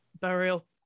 burial